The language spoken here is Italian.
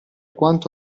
quanto